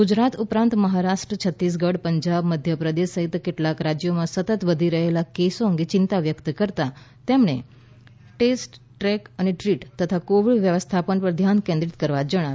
ગુજરાત ઉપરાંત મહારાષ્ટ્ર છત્તીસગઢ પંજાબ મધ્યપ્રદેશ સહિત કેટલાંક રાજ્યોમાં સતત વધી રહેલા કેસો અંગે ચિંતા વ્યક્ત કરતાં તેમણે ટેસ્ટ ટ્રેક ટ્રીટ તથા કોવિડ વ્યવસ્થાપન પર ધ્યાન કેન્દ્રિત કરવા જણાવ્યું